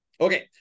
okay